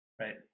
right